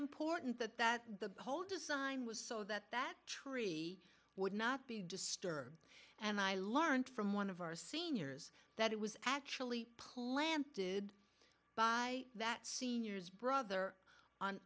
important that that the whole design was so that that tree would not be disturbed and i learnt from one of our seniors that it was actually planted by that seniors brother on